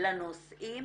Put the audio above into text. לנושאים